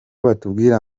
batubwira